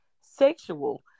sexual